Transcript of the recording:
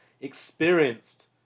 experienced